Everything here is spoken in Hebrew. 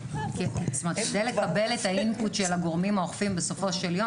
כדי לקבל את האינפוט של הגורמים האוכפים בסופו של יום,